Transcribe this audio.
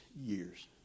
years